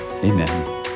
Amen